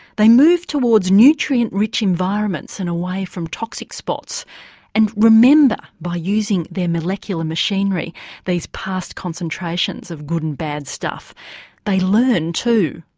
they move towards nutrient rich environments and away from toxic spots and remember by using their molecular machinery these past concentrations of good and bad stuff they learn too.